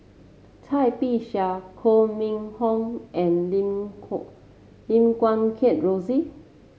Cai Bixia Koh Mun Hong and Lim Lim Guat Kheng Rosie